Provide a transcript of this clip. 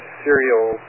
serial